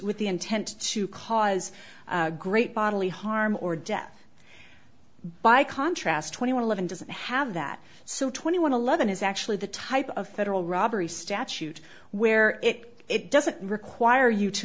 with the intent to cause great bodily harm or death by contrast twenty one eleven doesn't have that so twenty one eleven is actually the type of federal robbery statute where it doesn't require you to